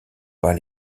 pas